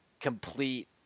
complete